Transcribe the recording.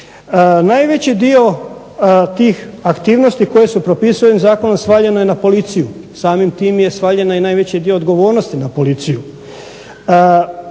Najveći dio tih aktivnosti koje se propisuju ovim zakonom svaljeno je na policiju, samim tim je svaljen i najveći dio odgovornosti na policiju.